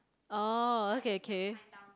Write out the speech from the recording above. oh okay okay